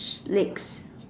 lake